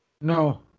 No